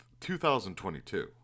2022